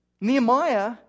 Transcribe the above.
Nehemiah